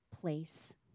place